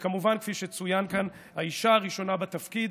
וכמובן, כפי שצוין כאן, האישה הראשונה בתפקיד